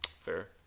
Fair